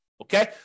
Okay